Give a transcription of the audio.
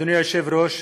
אדוני היושב-ראש,